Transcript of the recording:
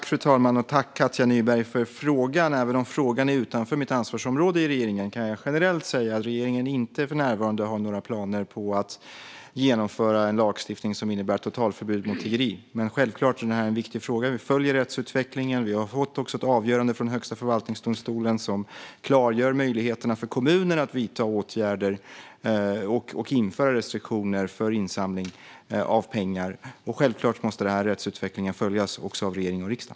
Fru talman! Tack, Katja Nyberg, för frågan! Även om frågan ligger utanför mitt ansvarsområde i regeringen kan jag generellt säga att regeringen för närvarande inte har några planer på att genomföra en lagstiftning som innebär ett totalförbud mot tiggeri. Men självklart är det här en viktig fråga. Vi följer rättsutvecklingen. Vi har också fått ett avgörande från Högsta förvaltningsdomstolen, som klargör möjligheterna för kommuner att vidta åtgärder och införa restriktioner för insamling av pengar. Självklart måste rättsutvecklingen följas också av regering och riksdag.